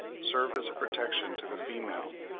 serve as a protection to the female.